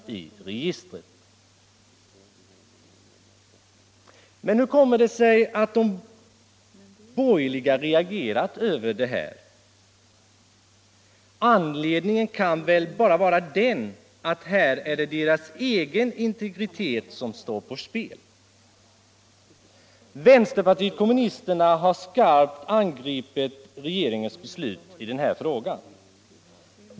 Men hur kommer det sig att de borgerliga reagerat mot detta? Anledningen kan väl bara vara den att här är det deras egen integritet som står på spel. Vänsterpartiet kommunisterna har skarpt angipit regeringens beslut i den här frågan.